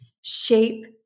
shape